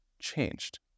changed